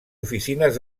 oficines